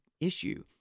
Issue